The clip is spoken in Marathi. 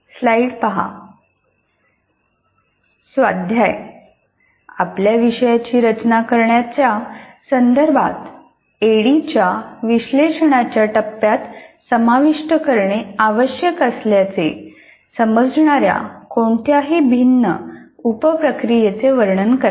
स्वाध्याय आपल्या विषयाची रचना करण्याच्या संदर्भात ऍडीच्या विश्लेषणाच्या टप्प्यात समाविष्ट करणे आवश्यक असल्याचे समजणाऱ्या कोणत्याही भिन्न उप प्रक्रियेचे वर्णन करा